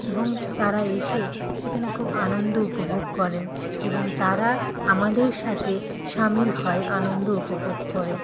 এবং তারা এসে সেখানে খুব আনন্দ উপভোগ করেন এবং তারা আমাদের সাথে সামিল হয় আনন্দ উপভোগ করে